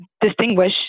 distinguish